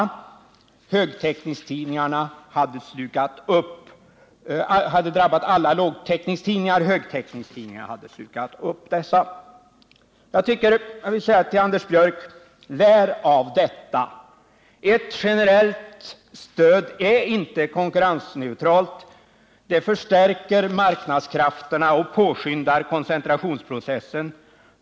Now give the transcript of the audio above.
Tidningsdöden hade då drabbat alla lågtäckningstidningar — högtäckningstidningarna hade slukat upp dem. Till Anders Björck vill jag säga: Lär av detta! Ett generellt stöd är inte konkurrensneutralt. Det förstärker marknadskrafterna och påskyndar koncentrationsprocessen.